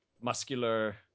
muscular